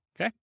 okay